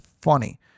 funny